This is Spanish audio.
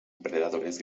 predadores